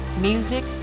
Music